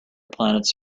planets